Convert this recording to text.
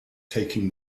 taking